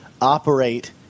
operate